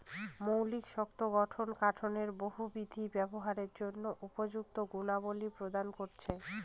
মৌলিক শক্ত গঠন কাঠকে বহুবিধ ব্যবহারের জন্য উপযুক্ত গুণাবলী প্রদান করেছে